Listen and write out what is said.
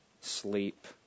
Sleep